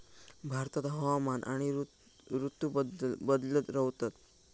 भारतात हवामान आणि ऋतू बदलत रव्हतत